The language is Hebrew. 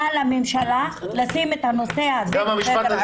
על הממשלה לשים את הנושא הזה על סדר היום.